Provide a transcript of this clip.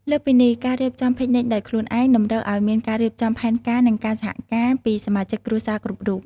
លើសពីនេះ ការរៀបចំពិកនិចដោយខ្លួនឯងតម្រូវឲ្យមានការរៀបចំផែនការនិងការសហការពីសមាជិកគ្រួសារគ្រប់រូប។